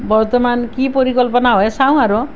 বৰ্তমান কি পৰিকল্পনা হয় চাওঁ আৰু